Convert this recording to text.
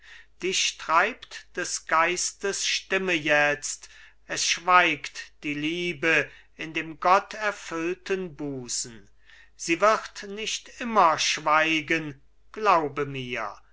dich treibt des geistes stimme jetzt es schweigt die liebe in dem gotterfüllten busen sie wird nicht immer schweigen glaube mir